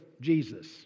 Jesus